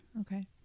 Okay